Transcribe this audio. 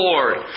Lord